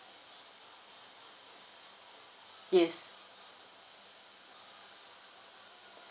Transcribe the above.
yes